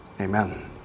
amen